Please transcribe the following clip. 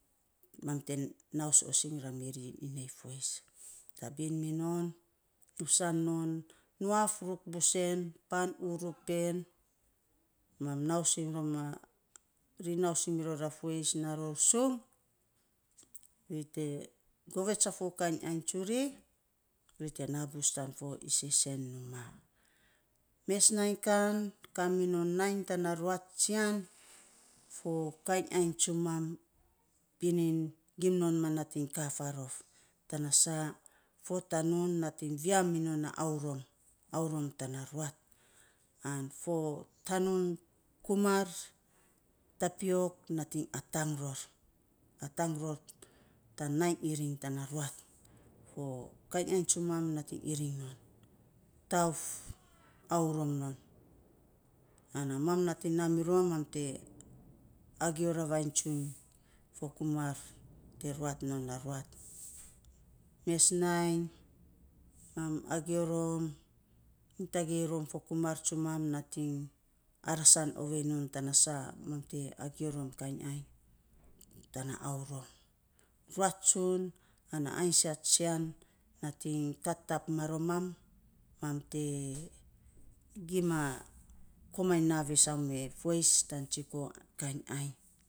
Mam te naus osing ra mi ri inei fueis, tabin mi non, nusan non, nuaf ruak busen, pan urup en, mam nausing rom ri nausing miror a fueis, na ror sung ri tee govets a fo kainy ainy tsuri, ri te na bus tan fo isen isen numaa. Mes nainy kan ka minon nainy tana ruat tsian, fo kainy ainy tsumam pinin gim non ma nating kaap fa rof, tana saa fo tanun nating via minon ana aorom, aurom tana ruat, an fo tanun kumar, tapiok nating atang ror, atang ror tan nainy iring tana ruat, fo kain ainy tsumam nating iring non. Tauf aorom non, ana mam nating na mirom mam te agio ravainy tsun nyo, fo kumar te ruat non na ruat mes nainy mam agio rom, nyi tagei fo kumar tsumam nating arasan ovei non tana saa, mam te agio rom kainy ainy tana aurom. Ruat tsun ana ainysat tsian nating kat tap maromam, mam te gim maa komainy na vesau me fueis tan tsiko kainy ainy.